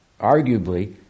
Arguably